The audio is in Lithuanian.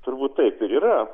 turbūt taip ir yra